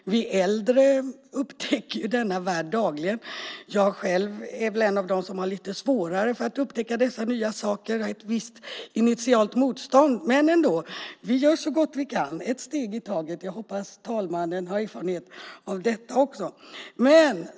Vi äldre upptäcker denna värld dagligen. Själv är jag en av dem som har lite svårt att upptäcka dessa nya saker - jag har ett visst initialt motstånd - men jag gör så gott jag kan och tar ett steg i taget. Jag tror att också herr talmannen kan ha erfarenhet av detta.